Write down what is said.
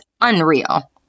unreal